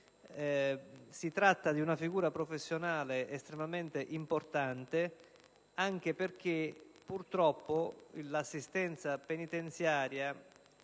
Si tratta di una figura professionale estremamente importante anche perché, purtroppo, l'assistenza psicologica